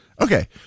okay